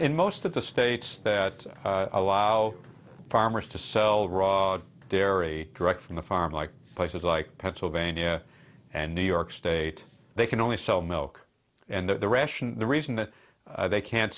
in most of the states that allow farmers to sell raw dairy direct from the farm like places like pennsylvania and new york state they can only sell milk and ration the reason that they can't